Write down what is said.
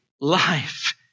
life